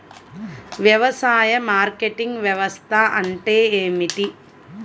వ్యవసాయ మార్కెటింగ్ వ్యవస్థ అంటే ఏమిటి?